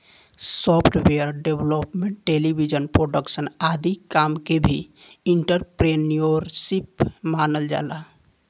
software development television production आदि काम के भी एंटरप्रेन्योरशिप मानल जाला